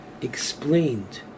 explained